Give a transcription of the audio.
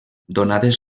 donades